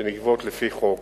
שנגבות לפי חוק,